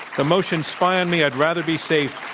the motion spy on me, i'd rather be safe,